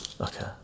Okay